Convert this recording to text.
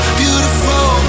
beautiful